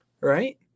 Right